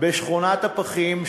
בשכונת הפחים,